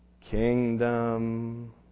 kingdom